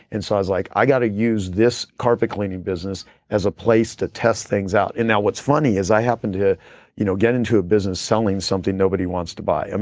and so like, i got to use this carpet cleaning business as a place to test things out. and now what's funny is, i happened to you know get into a business selling something nobody wants to buy. and